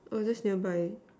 oh that's nearby